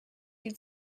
die